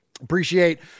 appreciate